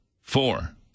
four